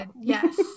Yes